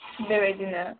बेबायदिनो